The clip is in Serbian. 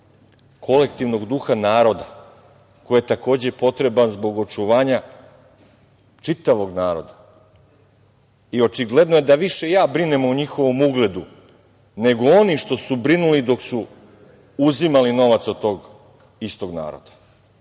kolektivnog duha naroda, koji je takođe potreban zbog očuvanja čitavog naroda. Očigledno je da više ja brinem o njihovom ugledu nego oni što su brinuli dok su uzimali novac od tog istog naroda.